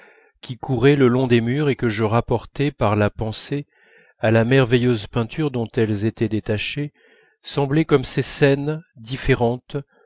qui couraient le long des murs et que je rapportais par la pensée à la merveilleuse peinture dont elles étaient détachées semblaient comme ces scènes différentes